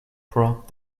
prod